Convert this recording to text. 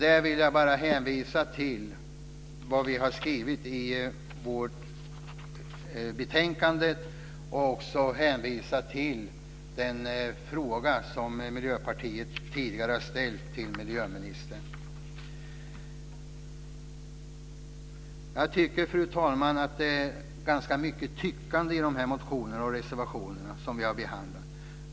Där vill jag hänvisa till vad vi har skrivit i betänkandet och hänvisa till den fråga som Miljöpartiet tidigare har ställt till miljöministern. Fru talman! Det är mycket tyckande i motionerna och reservationerna.